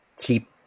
keep